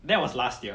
that was last year